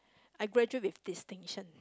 I graduate with distinction